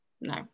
No